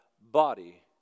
body